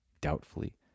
Doubtfully